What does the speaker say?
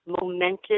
momentous